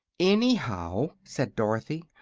anyhow, said dorothy,